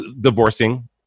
divorcing